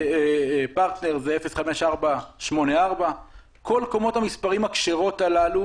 בפרטנר זה 05484. את כל קומות המספרים הכשרות הללו